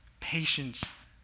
patience